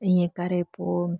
ईअं करे पोइ